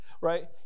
right